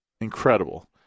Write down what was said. incredible